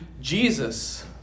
Jesus